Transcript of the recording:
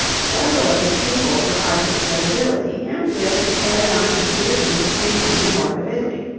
several of his pupils were artists of ability, and lived to carry on his traditions of painting in the north of italy.